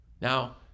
Now